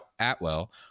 Atwell